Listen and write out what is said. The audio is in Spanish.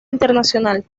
internacional